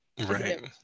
Right